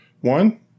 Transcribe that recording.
One